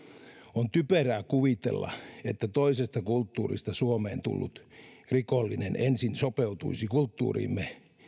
on typerää kuvitella että toisesta kulttuurista suomeen tullut rikollinen ensin sopeutuisi kulttuuriimme